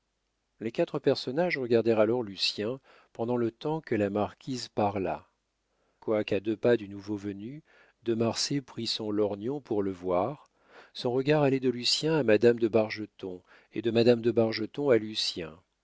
les quatre personnages regardèrent alors lucien pendant le temps que la marquise parla quoiqu'à deux pas du nouveau venu de marsay prit son lorgnon pour le voir son regard allait de lucien à madame de bargeton et de madame de bargeton